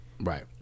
Right